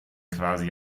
quasi